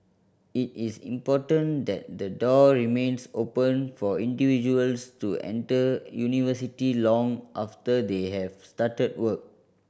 it is important that the door remains open for individuals to enter university long after they have started work